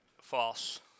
False